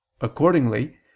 Accordingly